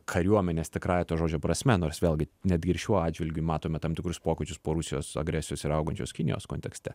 kariuomenės tikrąją to žodžio prasme nors vėlgi netgi ir šiuo atžvilgiu matome tam tikrus pokyčius po rusijos agresijos ir augančios kinijos kontekste